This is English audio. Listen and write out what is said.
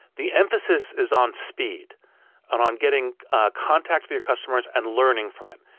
the emphasis is on speed and on getting ah contact with your customers and learning from it.